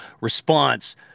response